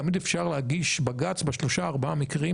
תמיד אפשר להגיש בג"ץ בשלושה-ארבעה מקרים